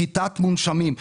כיתת מונשמים.